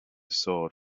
sword